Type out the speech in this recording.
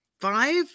five